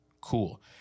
cool